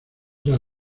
era